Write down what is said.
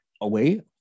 away